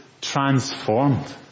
transformed